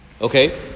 Okay